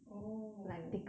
oh